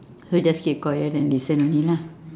so you just keep quiet and listen only lah